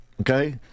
Okay